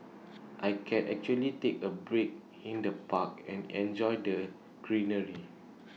I can actually take A break in the park and enjoy the greenery